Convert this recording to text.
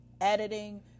editing